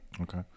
okay